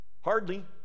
Hardly